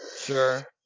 sure